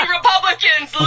Republicans